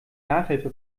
nachhilfe